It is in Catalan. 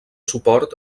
suport